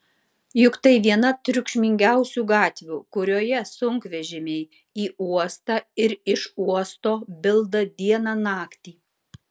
juk tai viena triukšmingiausių gatvių kurioje sunkvežimiai į uostą ir iš uosto bilda dieną naktį